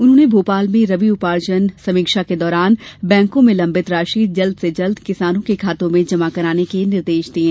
उन्होंने भोपाल में रबी उपार्जन समीक्षा के दौरान बैंकों में लम्बित राशि जल्द से जल्द किसानों के खातों में जमा करने के निर्देश दिये